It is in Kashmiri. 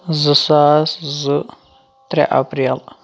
زٕ ساس زٕ ترٛےٚ اپریل